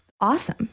Awesome